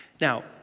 Now